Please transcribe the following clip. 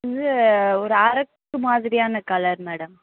இது ஒரு அரக்கு மாதிரியான கலர் மேடம்